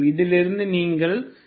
இதிலிருந்து நீங்கள் n0An